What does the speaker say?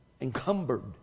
encumbered